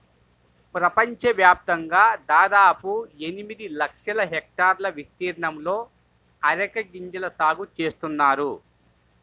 ప్రపంచవ్యాప్తంగా దాదాపు ఎనిమిది లక్షల హెక్టార్ల విస్తీర్ణంలో అరెక గింజల సాగు చేస్తున్నారు